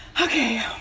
Okay